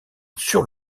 sur